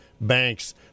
Banks